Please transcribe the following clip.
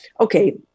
okay